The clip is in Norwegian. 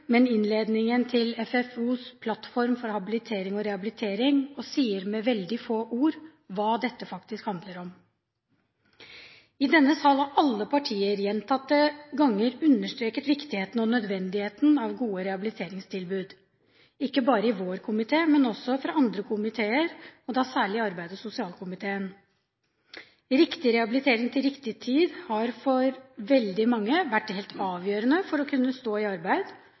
men innledningen til FFOs plattform for habilitering og rehabilitering, som sier med veldig få ord hva dette faktisk handler om. I denne sal har alle partier gjentatte ganger understreket viktigheten og nødvendigheten av gode rehabiliteringstilbud – ikke bare vår komité, men også andre komiteer og da særlig arbeid- og sosialkomiteen. Riktig rehabilitering til riktig tid har for veldig mange vært helt avgjørende for å kunne stå i arbeid